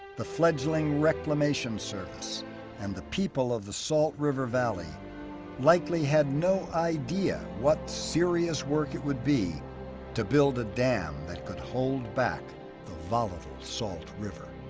the fledgling reclamation service and the people of the salt river valley likely had no idea what serious work it would be to build a dam that could hold back the volatile salt river.